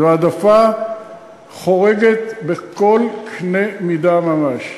זו העדפה חורגת בכל קנה מידה ממש.